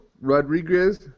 Rodriguez